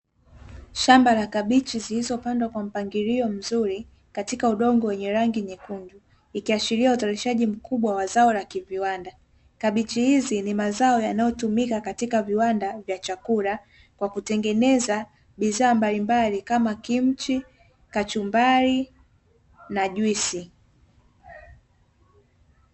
Shamba la kabichi zilizopandwa kwa mpangilio mzuri katika udongo wenye rangi nyekundu, ikiashiria utayarishaji mkubwa wa zao la kiviwanda. Kabichi hizi ni mazao yanayotumika katika viwanda vya chakula kwa kutengeneza bidhaa mbalimbali kama: kimchi, kachumbari na juisi.